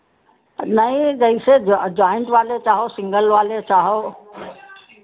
नहीं जैसे जॉइन्ट वाले चाहो सिंगल वाले चाहो